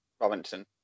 Robinson